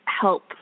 help